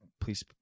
Please